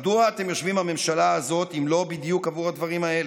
מדוע אתם יושבים בממשלה הזאת אם לא בדיוק עבור הדברים האלה?